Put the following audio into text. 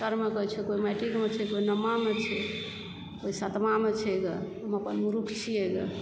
इन्टरमे छै कोइ मैट्रीकमे छै कोइ नवमामे छै कोइ सातमामे छै गे हम अपन मुर्ख छियै गे